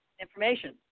information